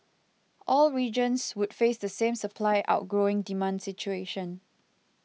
all regions would face the same supply outgrowing demand situation